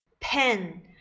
Pen